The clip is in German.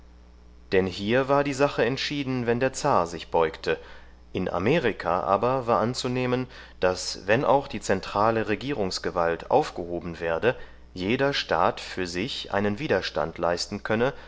denn hier war die sache entschieden wenn der zar sich beugte in amerika aber war anzunehmen daß wenn auch die zentrale regierungsgewalt aufgehoben werde jeder staat für sich einen widerstand leisten könne